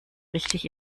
richtig